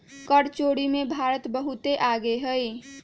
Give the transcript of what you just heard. कर चोरी में भारत बहुत आगे हई